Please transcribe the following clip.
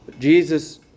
Jesus